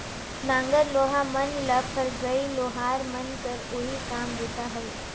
नांगर लोहा मन ल फरगई लोहार मन कर ओही काम बूता हवे